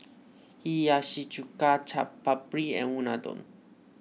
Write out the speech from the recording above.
Hiyashi Chuka Chaat Papri and Unadon